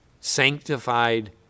sanctified